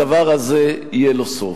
הדבר הזה יהיה לו סוף,